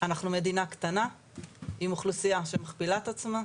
עם אוכלוסיה שמכפילה את עצמה,